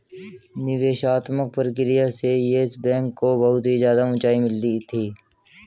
निवेशात्मक प्रक्रिया से येस बैंक को बहुत ही ज्यादा उंचाई मिली थी